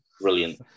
Brilliant